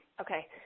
Okay